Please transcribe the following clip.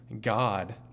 God